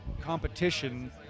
competition